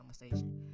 conversation